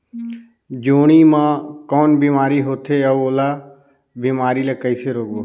जोणी मा कौन बीमारी होथे अउ ओला बीमारी ला कइसे रोकबो?